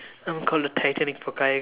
I'm called the Titanic for kayak